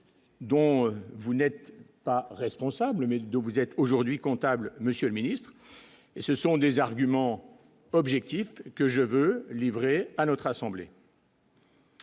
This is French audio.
Dont vous n'êtes pas responsable, mais vous êtes aujourd'hui comptable monsieur le Ministre, et ce sont des arguments objectifs que je veux livrer à notre assemblée.